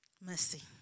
Mercy